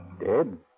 Dead